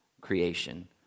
creation